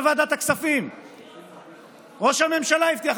הרי העסקים הקטנים והבינוניים הם הקטר הכלכלי של כלכלת מדינת ישראל,